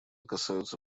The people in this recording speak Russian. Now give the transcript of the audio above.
касаются